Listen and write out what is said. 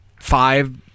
five